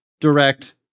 direct